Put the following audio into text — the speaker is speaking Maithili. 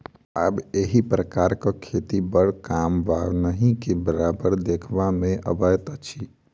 आब एहि प्रकारक खेती बड़ कम वा नहिके बराबर देखबा मे अबैत अछि